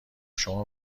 شما